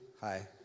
Hi